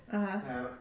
(uh huh)